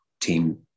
team